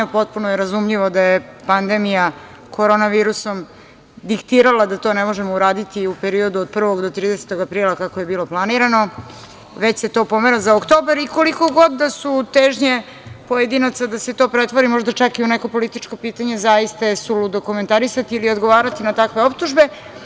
Potpuno je razumljivo da je pandemija Korona virusa diktirala da to ne možemo uraditi u periodu od 1. do 30. aprila, kako je bilo planirano, već se to pomera za oktobar i koliko god da su težnje pojedinaca da se to pretvori, možda čak i u neko političko pitanje zaista je suludo komentarisati ili odgovarati na takve optužbe.